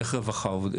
איך רווחה עובדים?